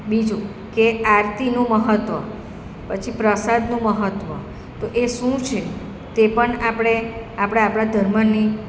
બીજું કે આરતીનું મહત્ત્વ પછી પ્રસાદનું મહત્ત્વ તો એ શું છે તે પણ આપણે આપણે આપણા ધર્મની